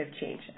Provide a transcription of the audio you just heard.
changes